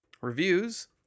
reviews